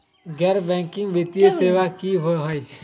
गैर बैकिंग वित्तीय सेवा की होअ हई?